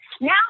Now